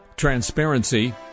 Transparency